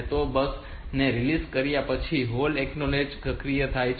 તો બસ ને રીલીઝ કર્યા પછી હોલ્ડ એક્નોલેજ સક્રિય થાય છે